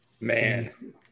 Man